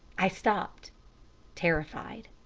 i stopped terrified.